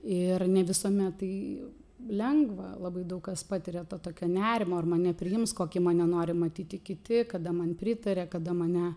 ir ne visuomet tai lengva labai daug kas patiria to tokio nerimo ar mane priims kokį mane nori matyti kiti kada man pritaria kada mane